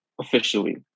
officially